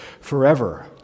forever